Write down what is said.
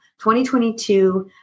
2022